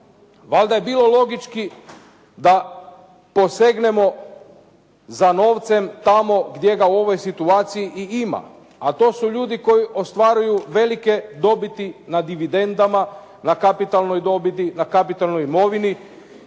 valjda je bilo logički da posegnemo za novcem tamo gdje ga u ovoj situaciji i ima, a to su ljudi koji ostvaruju velike dobiti na dividendama, na kapitalnoj dobiti, na kapitalnoj imovini,